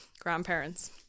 grandparents